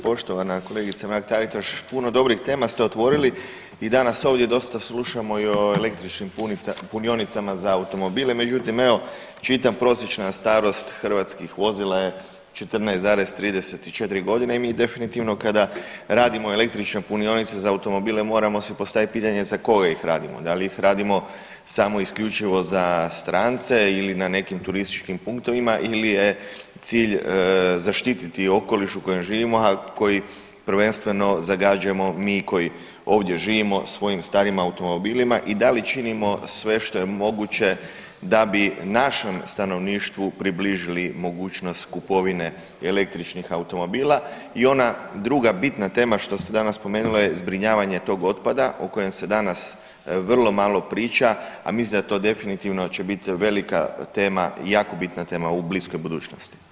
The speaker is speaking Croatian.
Poštovana kolegice Mrak-Taritaš, puno dobrih tema ste otvorili i danas ovdje dosta slušamo i o električnim punionicama za automobile, međutim evo čitam prosječna starost hrvatskih vozila je 14,34.g. i mi definitivno kada radimo električne punionice za automobile moramo si postavit pitanje za koga ih radimo, da li ih radimo samo i isključivo za strance ili na nekim turističkim punktovima ili je cilj zaštiti okoliš u kojem živimo, a koji prvenstveno zagađujemo mi koji ovdje živimo svojim starim automobilima i da li činimo sve što je moguće da bi našem stanovništvu približili mogućnost kupovine električnim automobila i ona druga bitna tema što ste danas spomenuli je zbrinjavanje tog otpada o kojem se danas vrlo malo priča, a mislim da to definitivno će bit velika tema i jako bitna tema u bliskoj budućnosti.